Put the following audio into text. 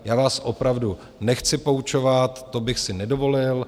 Já vás opravdu nechci poučovat, to bych si nedovolil.